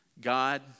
God